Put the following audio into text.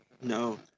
No